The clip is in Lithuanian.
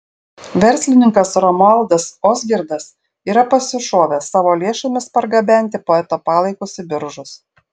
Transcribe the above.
verslininkas romualdas ozgirdas yra pasišovęs savo lėšomis pargabenti poeto palaikus į biržus